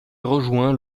rejoint